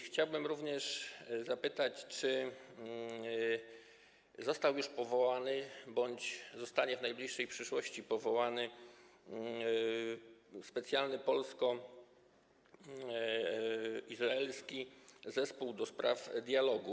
Chciałbym również zapytać, czy został już powołany bądź zostanie w najbliższej przyszłości powołany specjalny polsko-izraelski zespół do spraw dialogu.